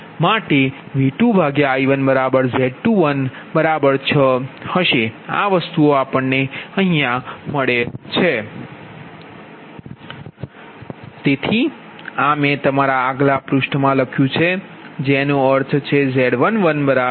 તેથી આ મેં તમારા આગલા પૃષ્ઠમાં લખ્યું છે જેનો અર્થ છે